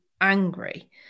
angry